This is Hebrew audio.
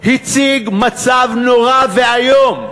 הציג מצב נורא ואיום,